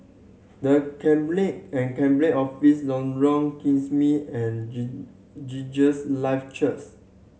The Cabinet and Cabinet Office Lorong Kismis and Jesus Live Churchth